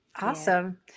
Awesome